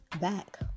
back